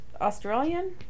Australian